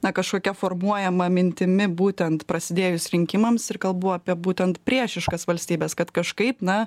na kažkokia formuojama mintimi būtent prasidėjus rinkimams ir kalbu apie būtent priešiškas valstybes kad kažkaip na